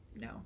no